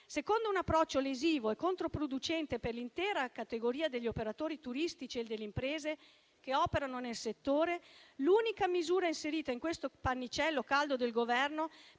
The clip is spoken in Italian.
Secondo un approccio lesivo e controproducente per l'intera categoria degli operatori turistici e delle imprese che operano nel settore, l'unica misura inserita in questo pannicello caldo del Governo